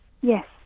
Yes